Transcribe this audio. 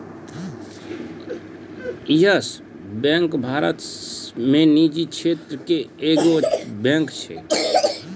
yes Bank Bharat मे निजी क्षेत्रो के एगो बैंक छै